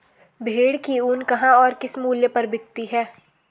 भेड़ की ऊन कहाँ और किस मूल्य पर बिकती है?